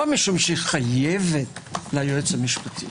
לא משום שחייבת ליועץ המשפטי.